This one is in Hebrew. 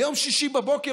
ביום שישי בבוקר,